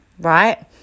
right